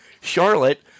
Charlotte